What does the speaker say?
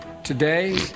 Today